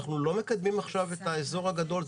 אנחנו לא מקדמים עכשיו את האזור הגדול.